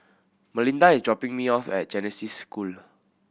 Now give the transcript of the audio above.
Melinda is dropping me off at Genesis School